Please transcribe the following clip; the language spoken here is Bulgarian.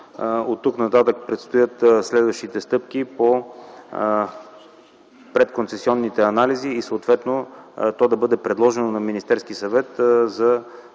Оттук нататък предстоят следващите стъпки по предконцесионните анализи и съответно те да бъдат предложени на Министерския съвет за